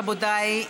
רבותיי,